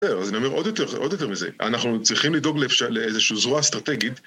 כן, אז אני אומר עוד יותר עוד יותר מזה, אנחנו צריכים לדאוג לאפשר לאיזשהו זרוע אסטרטגית